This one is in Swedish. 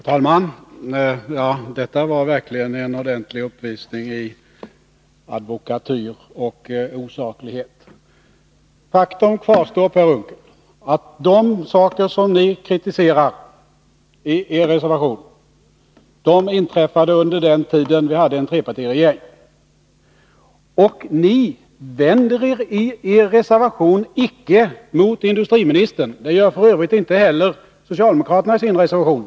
Herr talman! Detta var verkligen en ordentlig uppvisning i advokatyr och oösaklighet. Faktum kvarstår, Per Unckel, att vad ni kritiserar i er reservation inträffade under den tid då vi hade en trepartiregering. Ni vänder er i er reservation icke mot industriministern — det gör f. ö. inte heller socialdemokraterna i sin reservation.